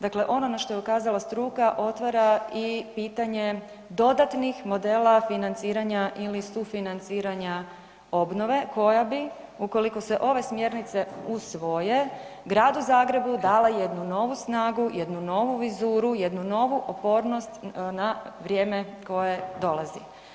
Dakle, ono na što je ukazala struka otvara i pitanje dodatnih modela financiranja ili sufinanciranja obnove koja bi ukoliko se ove smjernice usvoje Gradu Zagrebu dala jednu novu snagu, jednu novu vizuru, jednu novu opornost na vrijeme koje dolazi.